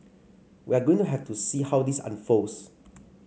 we're going to have to see how this unfolds